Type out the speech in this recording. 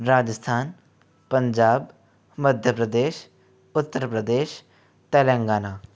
Rajasthan Punjab Madhya Pradesh Uttar Pradesh Telangana